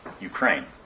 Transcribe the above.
Ukraine